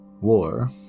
war